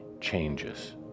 changes